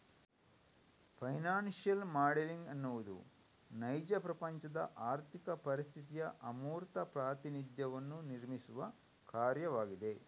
financial modelling ಎನ್ನುವುದು ನೈಜ ಪ್ರಪಂಚದ ಆರ್ಥಿಕ ಪರಿಸ್ಥಿತಿಯ ಅಮೂರ್ತ ಪ್ರಾತಿನಿಧ್ಯವನ್ನು ನಿರ್ಮಿಸುವ ಕಾರ್ಯವಾಗಿದೆ